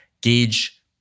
gauge